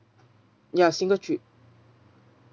ya single trip